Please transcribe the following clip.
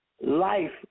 Life